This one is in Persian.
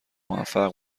موفق